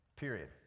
period